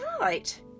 right